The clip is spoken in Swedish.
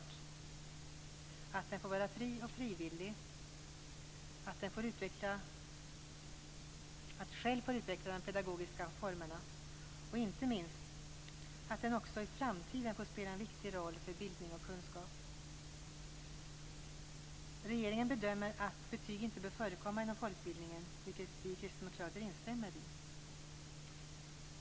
Det är viktigt att den får vara fri och frivillig, att den själv får utveckla de pedagogiska formerna och inte minst att den också i framtiden får spela en stor roll för bildning och kunskap. Regeringen bedömer att betyg inte bör förekomma inom folkbildningen. Det instämmer vi kristdemokrater i.